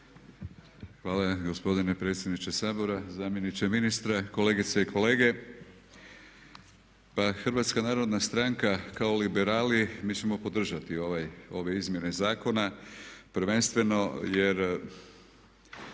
Hvala gospodine predsjedniče Sabora. Zamjeniče ministra, kolegice i kolege pa Hrvatska narodna stranka kao liberali mi ćemo podržati ove izmjene zakona prvenstveno jer